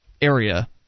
area